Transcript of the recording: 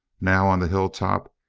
now, on the hilltop,